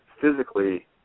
physically